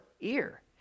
ear